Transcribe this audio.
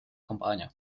kampaania